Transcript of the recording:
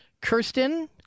Kirsten